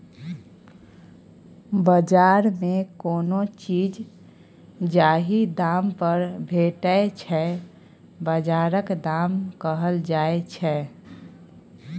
बजार मे कोनो चीज जाहि दाम पर भेटै छै बजारक दाम कहल जाइ छै